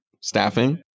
Staffing